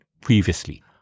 previously